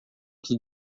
que